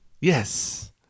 Yes